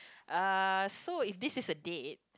uh so if this is the date